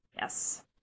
yes